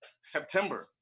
September